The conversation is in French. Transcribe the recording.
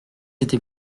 était